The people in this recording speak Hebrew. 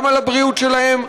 גם על הבריאות שלהם,